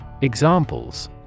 Examples